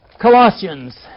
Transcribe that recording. Colossians